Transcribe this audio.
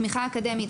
תמיכה אקדמית,